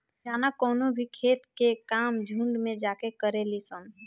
जाना कवनो भी खेत के काम झुंड में जाके करेली सन